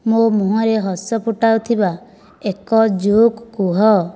ମୋ' ମୁହଁରେ ହସ ଫୁଟାଉଥିବା ଏକ ଜୋକ୍ କୁହ